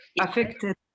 affected